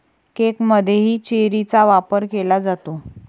केकमध्येही चेरीचा वापर केला जातो